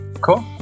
cool